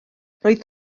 roedd